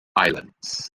islands